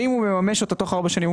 אם הוא מממש אותה תוך ארבע שנים,